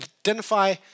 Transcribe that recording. Identify